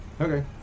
okay